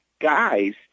guys